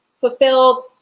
fulfilled